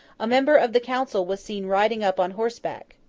a member of the council was seen riding up on horseback.